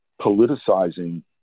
politicizing